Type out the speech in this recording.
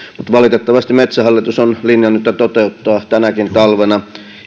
mutta valitettavasti metsähallitus on linjannut ja toteuttaa tänäkin talvena